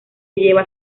llevan